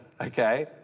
okay